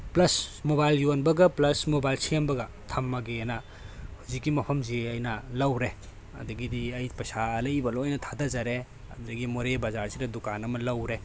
plus mobile ꯌꯣꯟꯕꯒ plus mobile ꯁꯦꯝꯕꯒ ꯊꯝꯃꯒꯦꯅ ꯍꯧꯖꯤꯛꯀꯤ ꯃꯐꯝꯁꯦ ꯑꯩꯅ ꯂꯧꯔꯦ ꯑꯗꯨꯗꯒꯤꯗꯤ ꯑꯩ ꯄꯩꯁꯥ ꯑꯔꯩꯕ ꯂꯣꯏꯅ ꯊꯥꯗꯖꯔꯦ ꯑꯗꯨꯗꯒꯤ ꯃꯣꯔꯦ ꯕꯖꯥꯔꯁꯤꯗ ꯗꯨꯀꯥꯟ ꯑꯃ ꯂꯧꯔꯦ